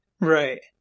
Right